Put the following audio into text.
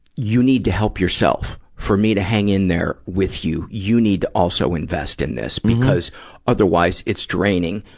you need to help yourself, for me to hang in there with you, you need to also invest in this, because otherwise it's draining